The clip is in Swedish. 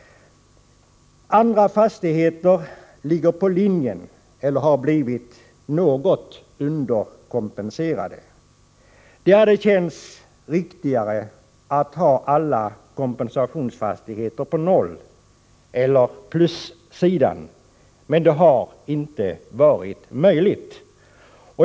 Andra fastigheter ligger på linjen eller har blivit något underkompenserade. Det hade känts riktigare att ha alla kompensationsfastigheterna på nolleller plussidan, men det har inte varit möjligt.